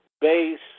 base